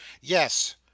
Yes